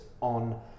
on